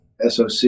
SOC